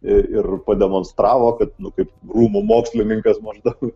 ir ir pademonstravo kad nu kaip rūmų mokslininkas maždaug